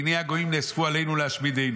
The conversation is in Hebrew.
והינה גויים נאספו עלינו להשמידנו